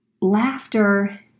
Laughter